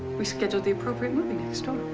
we scheduled the appropriate movie next door.